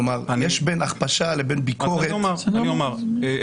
יש בין הכפשה לבין ביקורת --- אפשר